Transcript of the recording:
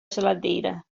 geladeira